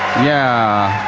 yeah.